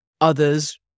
others